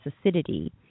acidity